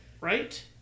right